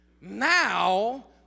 Now